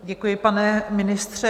Děkuji, pane ministře.